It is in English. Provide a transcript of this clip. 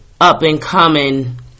up-and-coming